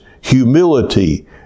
humility